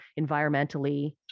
environmentally